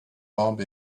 bomb